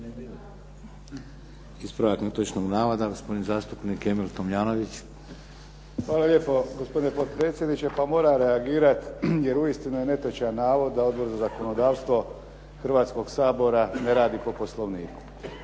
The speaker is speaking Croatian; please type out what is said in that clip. Hvala lijepo gospodine potpredsjedniče, pa moram reagirati jer uistinu je netočan navod da Odbor za zakonodavstvo Hrvatskoga sabora ne radi po Poslovniku.